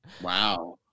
Wow